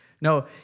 No